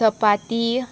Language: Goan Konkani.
चपाती